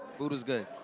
food is good.